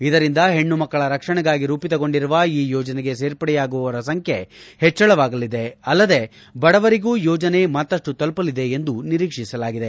ಇದರಿಂದ ಹೆಣ್ಣು ಮಕ್ಕಳ ರಕ್ಷಣೆಗಾಗಿ ರೂಪಿತಗೊಂಡಿರುವ ಈ ಯೋಜನೆಗೆ ಸೇರ್ಪಡೆಯಾಗುವವರ ಸಂಖ್ಯೆ ಹೆಚ್ಚಳವಾಗಲಿದೆ ಹಾಗೂ ಬಡವರಿಗೂ ಯೋಜನೆ ಮತ್ತಷ್ಟು ತಲುಪಲಿದೆ ಎಂದು ನಿರೀಕ್ಷಿಸಲಾಗಿದೆ